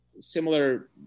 similar